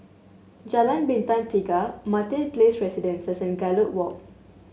Jalan Bintang Tiga Martin Place Residences and Gallop Walk